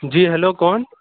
جی hello کون